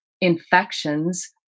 Infections